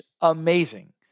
amazing